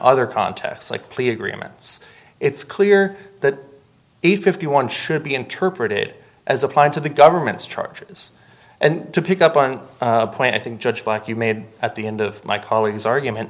other contexts like plea agreements it's clear that the fifty one should be interpreted as applied to the government's charges and to pick up on planting judge like you made at the end of my colleagues argument